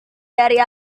dari